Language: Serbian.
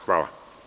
Hvala.